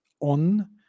on